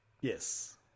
Yes